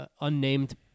unnamed